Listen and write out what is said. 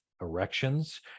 erections